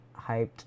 hyped